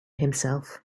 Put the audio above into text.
himself